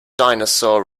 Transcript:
dinosaur